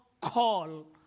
call